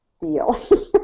deal